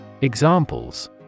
Examples